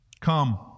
Come